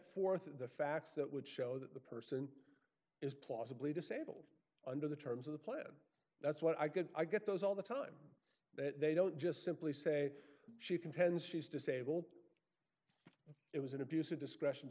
forth the facts that would show that the person is plausibly disabled under the terms of the plan that's what i could i get those all the time that they don't just simply say she contends she's disabled it was an abuse of discretion to